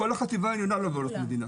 כל החטיבה העליונה לא בבעלות המדינה.